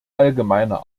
allgemeiner